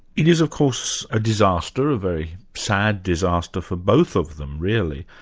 it is of course a disaster, a very sad disaster for both of them really,